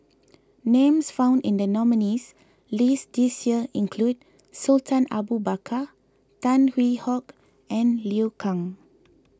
names found in the nominees' list this year include Sultan Abu Bakar Tan Hwee Hock and Liu Kang